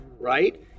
Right